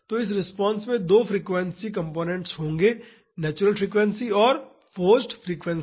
तो इस रिस्पांस में दो फ्रीक्वेंसी कंपोनेंट्स होंगे नेचुरल फ्रीक्वेंसी और फोर्स्ड फ्रीक्वेंसी